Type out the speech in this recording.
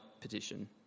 petition